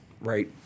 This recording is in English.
right